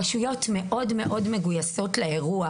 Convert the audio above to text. חשוב להבין שהרשויות מאוד מאוד מגויסות לאירוע